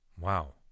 Wow